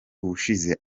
ubushize